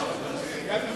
"חמאס"